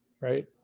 Right